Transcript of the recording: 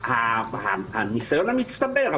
הניסיון המצטבר,